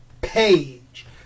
page